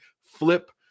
flip